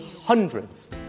hundreds